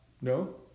no